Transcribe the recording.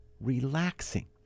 relaxing